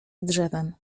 drzewem